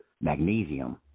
Magnesium